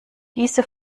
diese